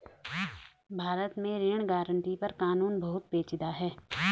भारत में ऋण गारंटी पर कानून बहुत पेचीदा है